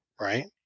Right